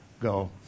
go